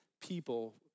people